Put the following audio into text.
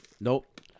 Nope